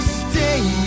stay